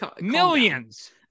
millions